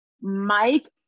mike